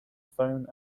phone